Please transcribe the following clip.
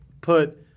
put